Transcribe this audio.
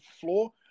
floor